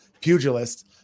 pugilist